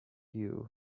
you